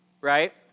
Right